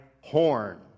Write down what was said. horn